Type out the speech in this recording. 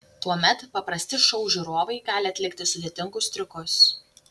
tuomet paprasti šou žiūrovai gali atlikti sudėtingus triukus